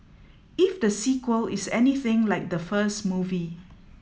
if the sequel is anything like the first movie